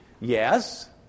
Yes